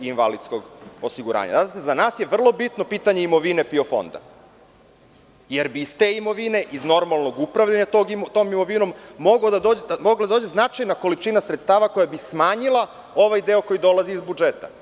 Za nas je vrlo bitno pitanje imovine PIO fonda, jer bi iz te imovine, iz normalnog upravljanja tom imovinom, mogla da dođe značajna količina sredstava koja bi smanjila ovaj deo koji dolazi iz budžeta.